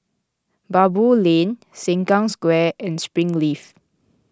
Baboo Lane Sengkang Square and Springleaf